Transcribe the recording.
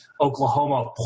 Oklahoma